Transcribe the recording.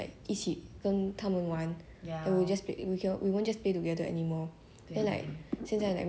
then like 现在 like 每次回家 right 他们就 like 各自做他们自己的东西 then like